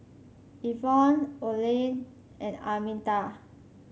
Ivonne Olen and Arminta